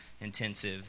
intensive